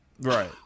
Right